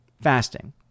fasting